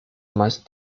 más